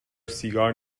سیگار